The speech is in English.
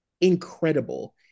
incredible